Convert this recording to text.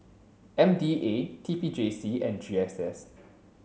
M D A T P J C and G S S